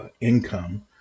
income